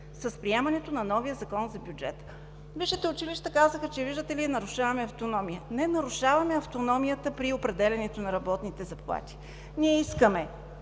с приемането на новия Закон за бюджета. Висшите училища казаха, че виждате ли, „нарушаваме автономии“. Не нарушаваме автономията при определянето на работните заплати. Ние искаме